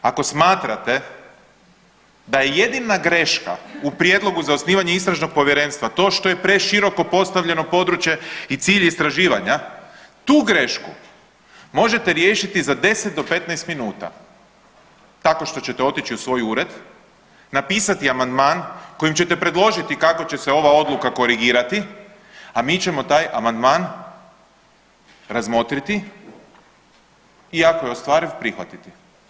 Ako smatrate da je jedina greška u prijedlogu za osnivanje istražnog povjerenstva to što je preširoko postavljeno područje i cilj istraživanja, tu grešku možete riješiti za 10 do 15 minuta tako što ćete otići u svoj ured, napisati amandman kojim ćete predložiti kako će se ova odluka korigirati, a mi ćemo taj amandman razmotriti i ako je ostvariv prihvatiti.